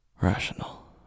Rational